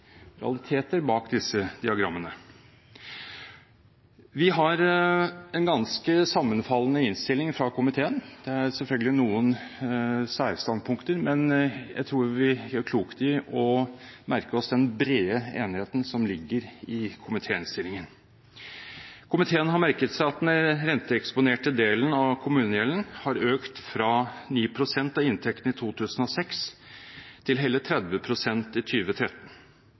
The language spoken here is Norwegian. bak disse diagrammene. Vi har en ganske sammenfallende innstilling fra komiteen. Det er selvfølgelig noen særstandpunkter, men jeg tror vi gjør klokt i å merke oss den brede enigheten som ligger i komitéinnstillingen. Komiteen har merket seg at den renteeksponerte delen av kommunegjelden har økt fra 9 pst. av inntektene i 2006 til hele 30 pst. i